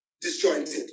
disjointed